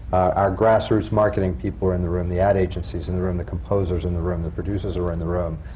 our grassroots marketing people are in the room. the ad agency is in the room. the composer is in the room. the producers are in the room.